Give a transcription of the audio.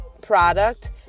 product